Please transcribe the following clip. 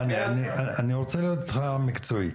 אני רוצה להיות איתך מקצועי.